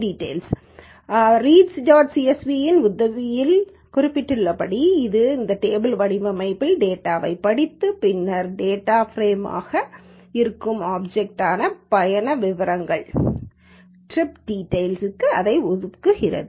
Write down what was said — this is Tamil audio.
csv இன் உதவியில் குறிப்பிட்டுள்ளபடி இது இந்த டேபிள் வடிவமைப்பிலிருந்து டேட்டாவைப் படித்து பின்னர் டேட்டா ப்ரேமாக இருக்கும் ஆப்சக்ட் பயண விவரங்களுக்கு அதை ஒதுக்குகிறது